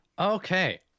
Okay